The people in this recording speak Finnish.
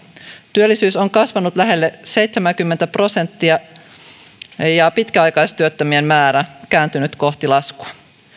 työllisyys on kasvanut lähelle seitsemääkymmentä prosenttia ja pitkäaikaistyöttömien määrä on kääntynyt kohti laskua